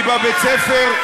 כי בבית-הספר,